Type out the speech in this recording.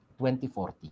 2040